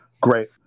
Great